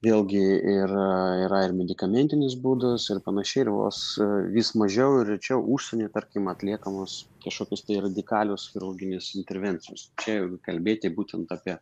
vėlgi ir yra ir medikamentinis būdas ir panašiai ir vos vis mažiau ir rečiau užsieny tarkim atliekamos kažkokios tai radikalios chirurginės intervencijos čia jeigu kalbėti būtent apie